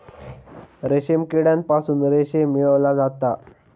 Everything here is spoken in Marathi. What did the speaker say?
रेशीम किड्यांपासून रेशीम मिळवला जाता